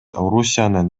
орусиянын